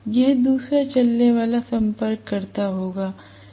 यह दूसरा चलने वाला संपर्ककर्ता होगा